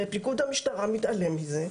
ופיקוד המשטרה מתעלם מזה,